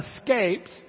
escapes